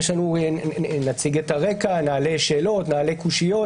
נציג את הרקע, נעלה קושיות.